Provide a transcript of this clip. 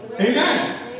amen